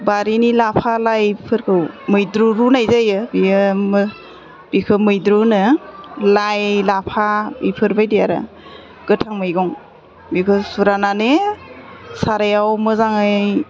बारिनि लाफा लाइफोरखौ मैद्रु रुनाय जायो बेयो बिखौ मैद्रु होनो लाइ लाफा बिफोरबायदि आरो गोथां मैगं बेखौ सुस्रानानै सारायाव मोजाङै